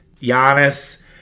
Giannis